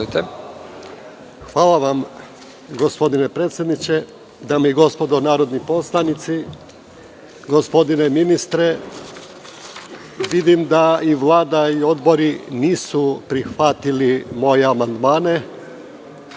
Hvala vam, gospodine predsedniče. Dame i gospodo narodni poslanici, gospodine ministre, vidim da i Vlada i odbori nisu prihvatili moje amandmane,